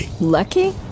Lucky